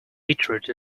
beetroot